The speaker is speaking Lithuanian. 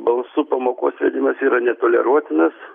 balsu pamokos vedimas yra netoleruotinas